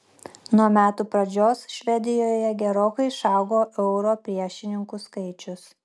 nuo metų pradžios švedijoje gerokai išaugo euro priešininkų skaičius